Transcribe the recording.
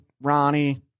Ronnie